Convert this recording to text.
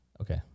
okay